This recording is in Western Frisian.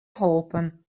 holpen